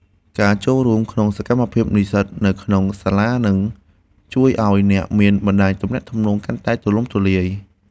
ការចូលរួមក្នុងសកម្មភាពនិស្សិតនៅក្នុងសាលានឹងជួយឱ្យអ្នកមានបណ្តាញទំនាក់ទំនងកាន់តែទូលំទូលាយ។